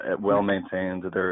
well-maintained